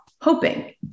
hoping